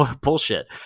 bullshit